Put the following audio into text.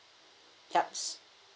yups